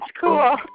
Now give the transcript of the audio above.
cool